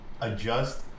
adjust